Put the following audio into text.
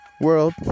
World